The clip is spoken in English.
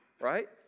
right